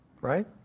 Right